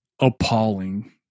appalling